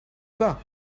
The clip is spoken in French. pas